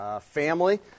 family